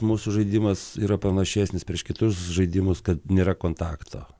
mūsų žaidimas yra pranašesnis prieš kitus žaidimus kad nėra kontakto